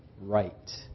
right